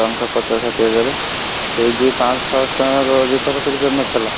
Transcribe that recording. ଟଙ୍କା ପଚାଶ ଷାଠିଏ ହଜାରେ ସେଇ ଯିଏ ପାଂଶହ ଛଅଶହ ଟଙ୍କା ବେପାର କରିପାରୁନଥିଲା